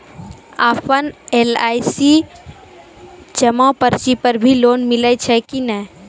आपन एल.आई.सी जमा पर्ची पर भी लोन मिलै छै कि नै?